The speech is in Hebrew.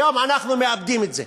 היום אנחנו מאבדים את זה.